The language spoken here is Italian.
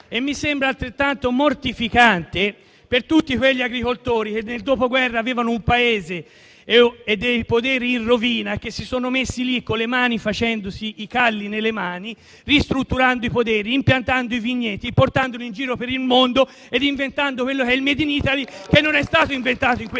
Mi sembra poi altrettanto mortificante per tutti quegli agricoltori che nel Dopoguerra avevano un Paese e dei poderi in rovina e che si sono fatti i calli alle mani ristrutturando i poderi, impiantando i vigneti, portandoli in giro per il mondo ed inventando il *made in Italy,* che non è stato creato in questi due